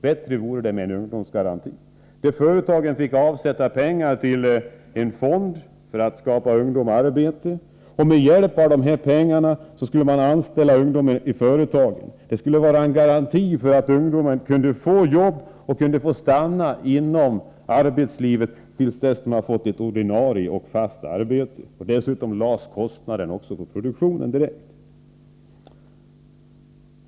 Bättre vore det med en ungdomsgaranti som innebar att företagen fick avsätta pengar till en fond för att skapa arbete åt ungdom. Med hjälp av de pengarna skulle man anställa ungdom i företagen. Det skulle vara en garanti för att ungdomar kunde få jobb och kunde få stanna inom arbetslivet tills de har fått ett ordinarie, fast arbete. Dessutom lades kostnaden på produktionen direkt.